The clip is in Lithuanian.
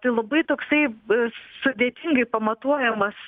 tai labai toksai sudėtingai pamatuojamas